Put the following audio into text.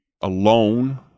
alone